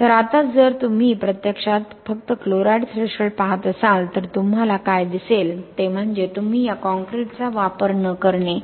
तर आता जर तुम्ही प्रत्यक्षात फक्त क्लोराईड थ्रेशोल्ड पाहत असाल तर तुम्हाला काय दिसेल ते म्हणजे तुम्ही या काँक्रीटचा वापर न करणे